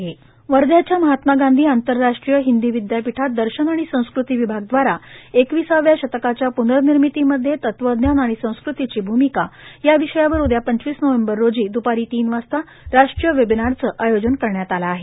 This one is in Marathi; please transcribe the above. वेबिनार वर्ध्याच्या महात्मास गांधी आंतरराष्ट्री य हिंदी विद्यापीठात दर्शन आणि संस्कृती विभाग द्वारा एकविसाव्या शतकाच्या पुननिर्मितीमध्ये तत्वज्ञान आणि संस्कृतीची भूमिका या विषयावर उद्या दुपारी तीन वाजता राष्ट्रीय वेबिनारचे आयोजन करण्यात आले आहे